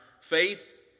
faith